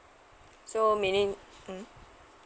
so meaning mm